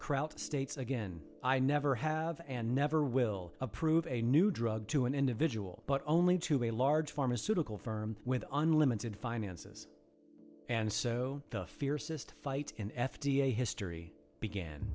krauts states again i never have and never will approve a new drug to an individual but only to a large pharmaceutical firm with unlimited finances and so the fiercest fight in f d a history began